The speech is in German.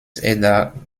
eder